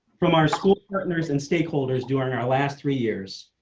from our school partners and stakeholders during our last three years.